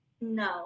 No